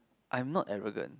I'm not arrogant